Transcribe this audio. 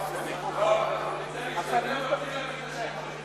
אנחנו באמצע הצבעה.